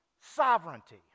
sovereignty